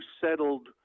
settled